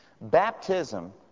Baptism